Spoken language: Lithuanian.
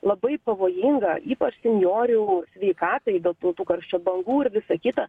labai pavojinga ypač senjorių sveikatai dėl tų karščio bangų ir visa kita